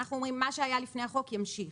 אנחנו אומרים מה שהיה לפני החוק ימשיך.